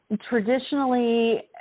traditionally